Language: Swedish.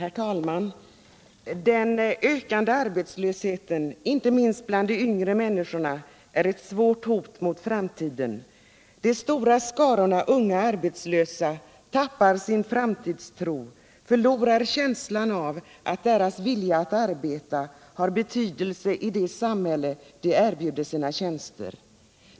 Herr talman! Den ökande arbetslösheten, inte minst bland de yngre människorna, är ett svårt hot mot framtiden. De stora skarorna unga arbetslösa tappar sin framtidstro, förlorar känslan av att deras vilja att arbeta har betydelse i det samhälle de erbjuder sina tjänster.